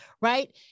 right